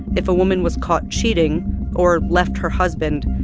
if a woman was caught cheating or left her husband,